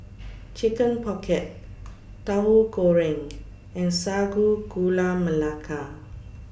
Chicken Pocket Tauhu Goreng and Sago Gula Melaka